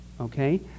okay